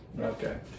Okay